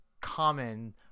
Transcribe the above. common